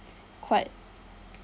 quite